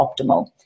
optimal